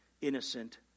innocent